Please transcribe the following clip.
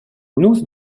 nus